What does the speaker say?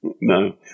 No